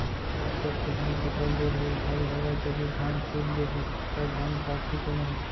मोर खेत के धान छटक गे रहीस, भारी हवा चलिस, धान सूत गे हे, त धान पाकही के नहीं?